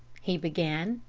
he began.